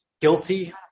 Guilty